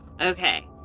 Okay